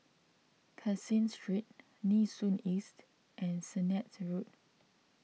Caseen Street Nee Soon East and Sennett Road